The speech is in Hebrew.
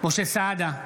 משה סעדה,